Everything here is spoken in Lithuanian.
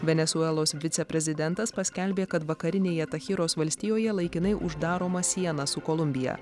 venesuelos viceprezidentas paskelbė kad vakarinėje tachiros valstijoje laikinai uždaroma siena su kolumbija